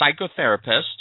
psychotherapist